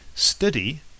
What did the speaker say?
Study